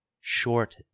short